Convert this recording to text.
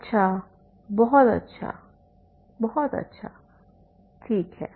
अच्छा बहुत अच्छा बहुत अच्छा ठीक है